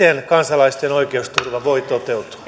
miten kansalaisten oikeusturva voi toteutua